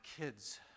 kids